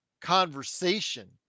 conversation